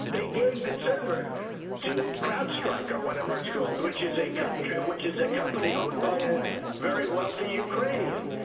they gave the server to crowdstrike, or whatever it's called, which is a country which is a company owned by a very wealthy ukrainian.